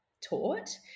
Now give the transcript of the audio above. taught